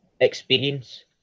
experience